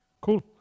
Cool